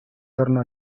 torno